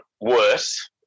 worse